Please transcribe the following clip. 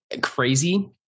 crazy